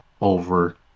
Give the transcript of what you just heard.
over